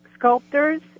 Sculptors